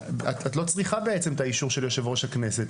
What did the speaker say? לא צריכה בעצם את האישור של יושב ראש הכנסת,